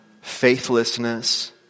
faithlessness